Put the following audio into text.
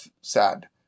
sad